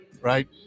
right